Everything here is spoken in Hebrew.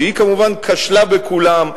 שהיא כמובן כשלה בכולם,